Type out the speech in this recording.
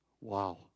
Wow